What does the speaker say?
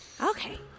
Okay